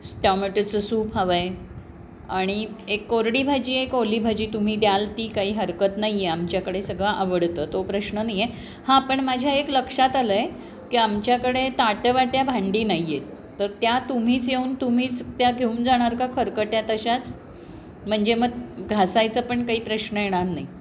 टॉमेटोचं सूप हवं आहे आणि एक कोरडी भाजी एक ओली भाजी तुम्ही द्याल ती काही हरकत नाही आहे आमच्याकडे सगळं आवडतं तो प्रश्न नाही आहे हां पण माझ्या एक लक्षात आलं आहे की आमच्याकडे ताटं वाट्या भांडी नाही आहेत तर त्या तुम्हीच येऊन तुम्हीच त्या घेऊन जाणार का खरकट्या तशाच म्हणजे मग घासायचा पण काही प्रश्न येणार नाही